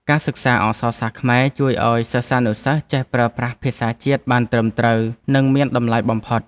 ការសិក្សាអក្សរសាស្ត្រខ្មែរជួយឱ្យសិស្សានុសិស្សចេះប្រើប្រាស់ភាសាជាតិបានត្រឹមត្រូវនិងមានតម្លៃបំផុត។